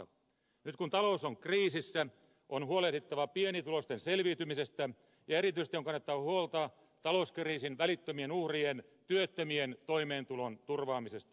nyt kun talous on kriisissä on huolehdittava pienituloisten selviytymisestä ja erityisesti on kannettava huolta talouskriisin välittömien uhrien työttömien toimeentulon turvaamisesta